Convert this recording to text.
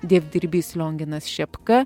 dievdirbys lionginas šepka